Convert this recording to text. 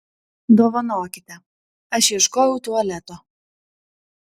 dovanokite aš ieškojau tualeto